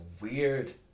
weird